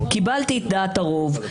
קיבלתי את דעת הרוב,